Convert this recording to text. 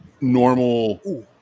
normal